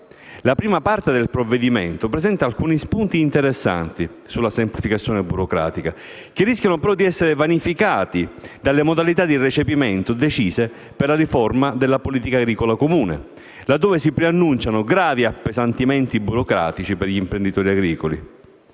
La prima parte del provvedimento presenta alcuni spunti interessanti sulla semplificazione burocratica, che rischiano però di essere vanificati dalle modalità di recepimento decise per la riforma della politica agricola comune, laddove si preannunciano gravi appesantimenti burocratici per gli imprenditori agricoli.